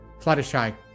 Fluttershy